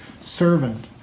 servant